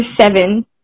seven